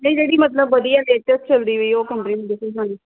ਨਹੀਂ ਜਿਹੜੀ ਮਤਲਬ ਵਧੀਆ ਲੇਟੈਸਟ ਚਲਦੀ ਪਈ ਉਹ ਕੰਪਨੀ ਦੱਸੋ ਸਾਨੂੰ